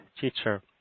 teacher